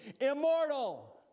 immortal